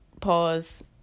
Pause